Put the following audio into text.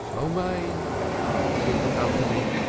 amen, answered the company,